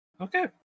Okay